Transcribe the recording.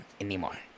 anymore